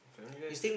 family guys